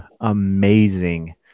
amazing